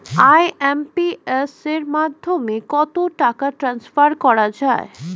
IMPS এর মাধ্যমে কত টাকা ট্রান্সফার করা যায়?